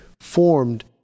formed